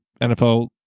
NFL